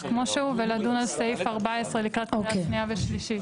כמו שהוא ולדון על סעיף 14 לקראת קריאה שנייה ושלישית.